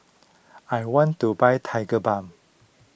I want to buy Tigerbalm